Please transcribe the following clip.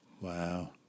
Wow